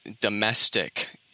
domestic